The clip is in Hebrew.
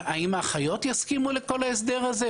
האם האחיות יסכימו לכל ההסדר הזה?